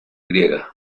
griega